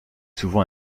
souvent